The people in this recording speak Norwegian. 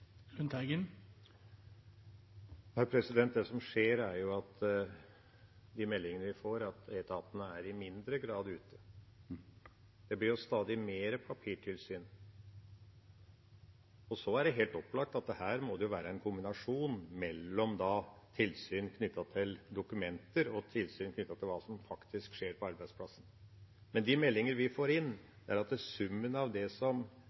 Det som skjer, er ifølge meldingene vi får, at etatene i mindre grad er ute. Det blir stadig mer papirtilsyn. Det er helt opplagt at det må være en kombinasjon av tilsyn knyttet til dokumenter og tilsyn knyttet til hva som faktisk skjer på arbeidsplassen. Ifølge meldingene vi får inn, er summen av det som